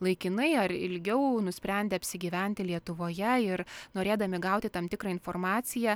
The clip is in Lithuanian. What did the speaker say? laikinai ar ilgiaiu nusprendę apsigyventi lietuvoje ir norėdami gauti tam tikrą informaciją